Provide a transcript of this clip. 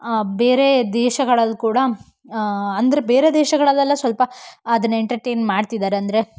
ಬೇರೆ ದೇಶಗಳಲ್ಲಿ ಕೂಡ ಅಂದರೆ ಬೇರೆ ದೇಶಗಳಲ್ಲೆಲ್ಲ ಸ್ವಲ್ಪ ಅದನ್ನು ಎಂಟರ್ಟೈನ್ ಮಾಡ್ತಿದಾರೆ ಅಂದರೆ